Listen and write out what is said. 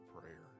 prayer